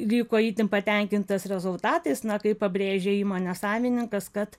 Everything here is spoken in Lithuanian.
liko itin patenkintas rezultatais na kaip pabrėžia įmonės savininkas kad